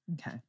Okay